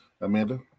Amanda